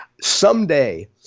Someday